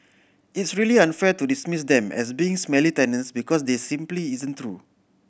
it's really unfair to dismiss them as being smelly tenants because that simply isn't true